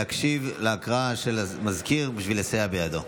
להקשיב להקראה של המזכיר בשביל לסייע בידו.